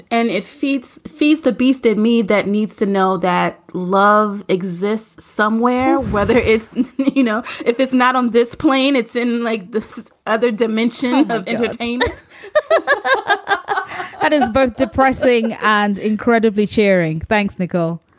and it feeds feeds the beast in me that needs to know that love exists somewhere, whether it's you know, if it's not on this plane, it's in like the other dimension of entertainment but ah that is both depressing and incredibly cheering thanks, nicole.